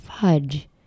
fudge